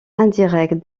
indirect